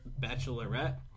Bachelorette